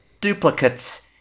duplicate's